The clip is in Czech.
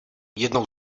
jednou